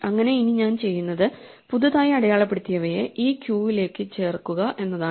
അങ്ങനെ ഇനി ഞാൻ ചെയ്യുന്നത് പുതുതായി അടയാളപ്പെടുത്തിയവായെ ഇവയെ ക്യൂവിലേക്ക് ചേർക്കുക എന്നതാണ്